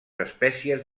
espècies